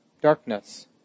darkness